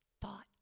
thought